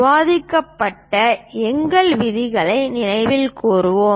விவாதிக்கப்பட்ட எங்கள் விதிகளை நினைவு கூர்வோம்